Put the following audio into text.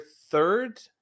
third